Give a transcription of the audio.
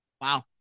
Wow